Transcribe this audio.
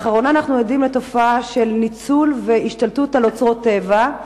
לאחרונה אנחנו עדים לתופעה של ניצול והשתלטות על אוצרות טבע,